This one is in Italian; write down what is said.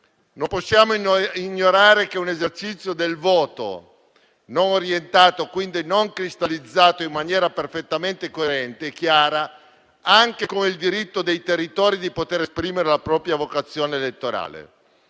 né possiamo ignorare l'esercizio di un voto non orientato, quindi non cristallizzato in maniera perfettamente coerente e chiara, nonché il diritto dei territori ad esprimere la propria vocazione elettorale.